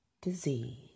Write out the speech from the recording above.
disease